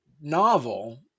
novel